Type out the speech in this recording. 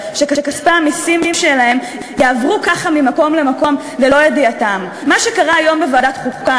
וכל פעם הגעתם לכאן,